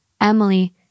Emily